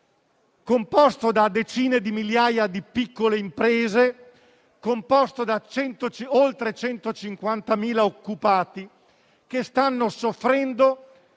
composto da decine di migliaia di piccole imprese e da oltre 150.000 occupati, che stanno soffrendo